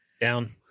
Down